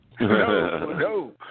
No